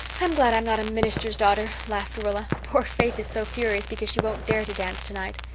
i'm glad i'm not a minister's daughter, laughed rilla. poor faith is so furious because she won't dare to dance tonight.